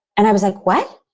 and i was like, what?